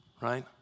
Right